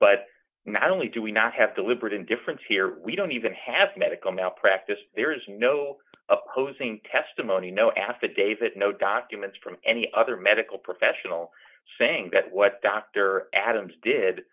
but not only do we not have deliberate indifference here we don't even have medical malpractise there is no opposing testimony no affidavit no documents from any other medical professional saying that what dr adams did